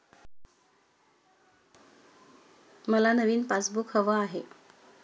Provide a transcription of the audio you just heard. मला नवीन पासबुक हवं आहे